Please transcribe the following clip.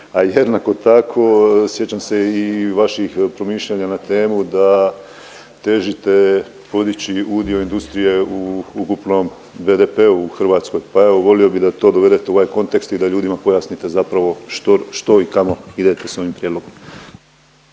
A jednako tako sjećam se i vaših promišljanja na temu da težite podići udio industrije u ukupnom BDP-u u Hrvatskoj, pa evo volio bi da to dovedete u ovaj kontekst i da ljudima pojasnite zapravo što i kamo idete s ovim prijedlogom.